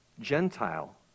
Gentile